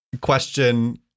question